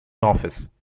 office